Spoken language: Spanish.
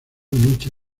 noche